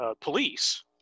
police